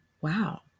wow